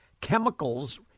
chemicals